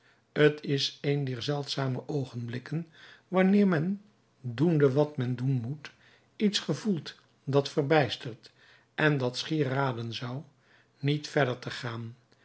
t is een dier zeldzame oogenblikken wanneer men doende wat men doen moet iets gevoelt dat verbijstert en dat schier raden zou niet verder te gaan